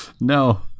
No